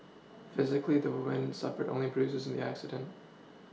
physically the woman suffered only bruises in the accident